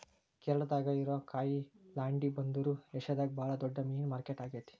ಕೇರಳಾದಾಗ ಇರೋ ಕೊಯಿಲಾಂಡಿ ಬಂದರು ಏಷ್ಯಾದಾಗ ಬಾಳ ದೊಡ್ಡ ಮೇನಿನ ಮಾರ್ಕೆಟ್ ಆಗೇತಿ